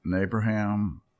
Abraham